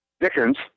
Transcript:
Dickens